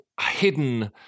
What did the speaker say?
hidden